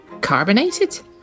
carbonated